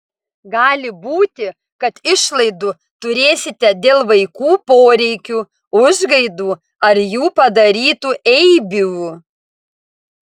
gali būti kad išlaidų turėsite dėl vaikų poreikių užgaidų ar jų padarytų eibių